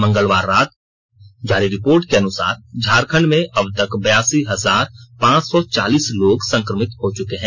मंगलवार रात जारी रिपोर्ट के अनुसार झारखंड में अबतक बयासी हजार पांच सौ चालीस लोग संक्रमित हो चुके हैं